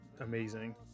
amazing